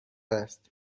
است